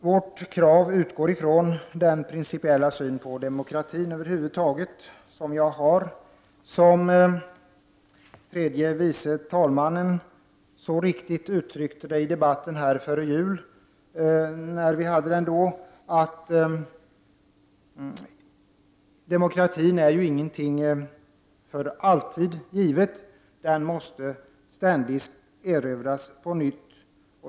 Vårt krav utgår från vår principiella syn på demokratin över huvud taget. Tredje vice talmannen uttryckte detta på ett riktigt sätt före jul, nämligen att demokratin inte är något för alltid givet, utan ständigt måste erövras på nytt.